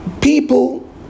people